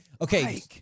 Okay